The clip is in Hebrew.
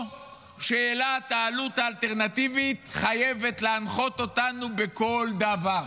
או ששאלת העלות האלטרנטיבית חייבת להנחות אותנו בכל דבר.